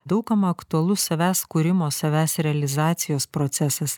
daug kam aktualus savęs kūrimo savęs realizacijos procesas